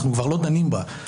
אנחנו כבר לא דנים בה.